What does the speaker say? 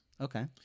Okay